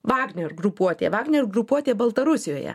vagner grupuotė vagner grupuotė baltarusijoje